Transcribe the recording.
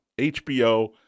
HBO